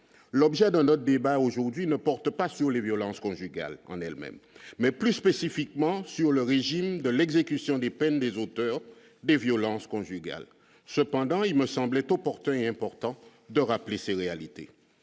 l'objet un notre débat aujourd'hui ne porte pas sur les violences conjugales en elle-même mais plus spécifiquement sur le régime de l'exécution des peines des auteurs des violences conjugales, cependant il me semblait opportun et important de rappeler, c'est une réalité